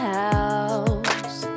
house